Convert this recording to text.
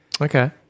Okay